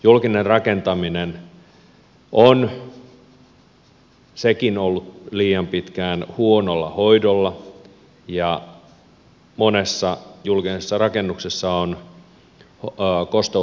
julkinen rakentaminen on sekin ollut liian pitkään huonolla hoidolla ja monessa julkisessa rakennuksessa on kosteusongelmia